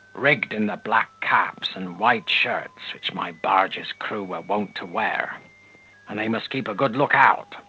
rigged in the black caps and white shirts which my barge's crew were wont to wear and they must keep a good look out,